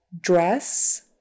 dress